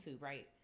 right